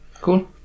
Cool